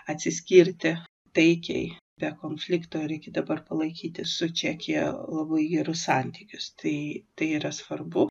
atsiskirti taikiai be konflikto ir iki dabar palaikyti su čekija labai gerus santykius tai tai yra svarbu